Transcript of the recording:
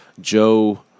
Joe